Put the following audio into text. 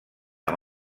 amb